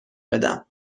بدم